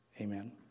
amen